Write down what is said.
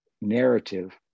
narrative